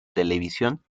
televisión